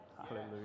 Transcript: Hallelujah